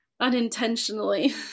unintentionally